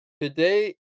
today